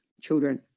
children